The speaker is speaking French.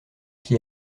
qui